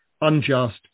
unjust